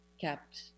kept